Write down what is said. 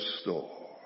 store